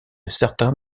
certains